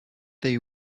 they